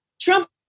Trump